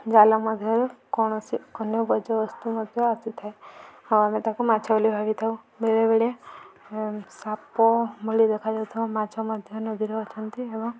ଜାଲ ମଧ୍ୟରୁ କୌଣସି ଅନ୍ୟ ବର୍ଜ୍ୟବସ୍ତୁ ମଧ୍ୟ ଆସିଥାଏ ଆଉ ଆମେ ତାକୁ ମାଛ ବୋଲି ଭାବିଥାଉ ବେଳେବେଳେ ସାପ ଭଳି ଦେଖାଯାଉଥିବା ମାଛ ମଧ୍ୟ ନଦୀରେ ଅଛନ୍ତି ଏବଂ